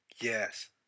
Yes